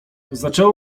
zaczęło